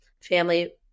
family